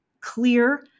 clear